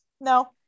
no